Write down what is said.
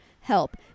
help